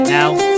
Now